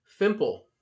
Fimple